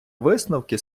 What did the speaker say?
висновки